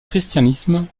christianisme